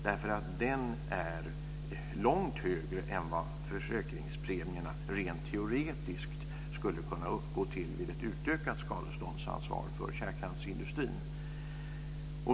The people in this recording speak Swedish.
Den är långt högre än vad försäkringspremierna rent teoretiskt skulle kunna uppgå till vid ett utökat skadeståndsansvar för kärnkraftsindustrin.